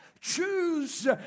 Choose